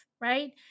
right